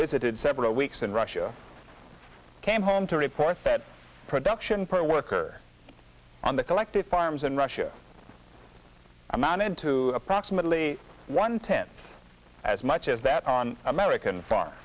visited several weeks in russia came home to report that production per worker on the collective farms in russia amounted to approximately one tenth as much as that on american far